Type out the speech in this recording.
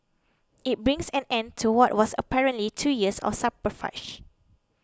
it brings an end to what was apparently two years of subterfuge